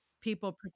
people